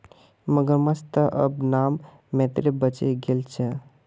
मगरमच्छ त अब नाम मात्रेर बचे गेल छ